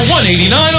$189